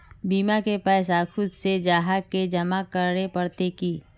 बीमा के पैसा खुद से जाहा के जमा करे होते की?